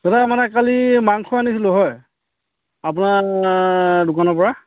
দাদা মানে কালি মাংস আনিছিলোঁ হয় আপোনাৰ দোকানৰ পৰা